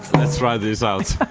let's try these out!